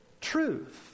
truth